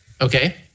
Okay